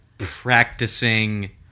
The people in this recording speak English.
practicing